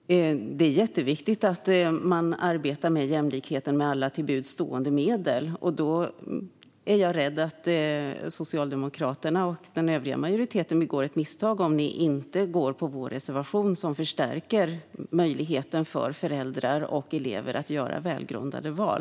Herr talman! Det är jätteviktigt att man arbetar för jämlikheten med alla till buds stående medel. Då är jag rädd att Socialdemokraterna och den övriga majoriteten begår ett misstag om ni inte går på vår reservation, som förstärker möjligheten för föräldrar och elever att göra välgrundade val.